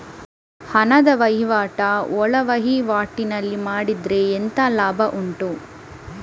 ಹಣದ ವಹಿವಾಟು ಒಳವಹಿವಾಟಿನಲ್ಲಿ ಮಾಡಿದ್ರೆ ಎಂತ ಲಾಭ ಉಂಟು?